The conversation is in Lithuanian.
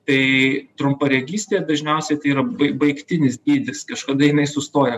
tai trumparegystė dažniausiai tai yra bai baigtinis dydis kažkada jinai sustoja